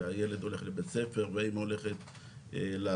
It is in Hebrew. שהילד הולך לבית הספר והאמא הולכת לעבודה,